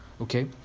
Okay